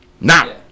Now